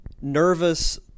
nervous